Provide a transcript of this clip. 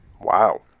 Wow